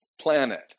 planet